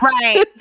Right